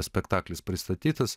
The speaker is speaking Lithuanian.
spektaklis pristatytas